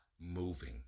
moving